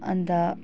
अन्त